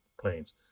planes